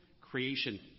creation